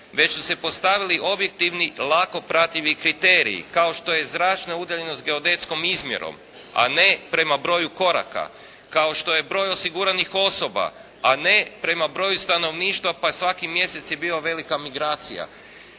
već su se postavili objektivni, lako prativi kriteriji, kao što je zračna udaljenost geodetskom izmjerom a ne prema broju koraka. Kao što je broj osiguranih osoba a ne prema broju stanovništva pa svaki mjesec je bio velika migracija.